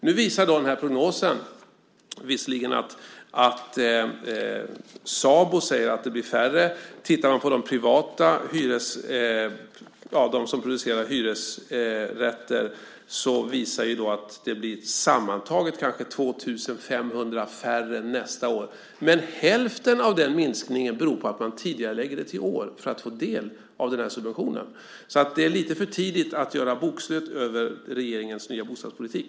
Nu säger visserligen SABO i denna prognos att det blir färre lägenheter. Sammantaget visar prognosen för dem som producerar hyresrätter att det kanske blir 2 500 färre nästa år. Hälften av den minskningen beror dock på att man tidigarelägger byggandet till i år för att få del av den här subventionen. Det är alltså lite för tidigt att göra bokslut över regeringens nya bostadspolitik.